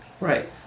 Right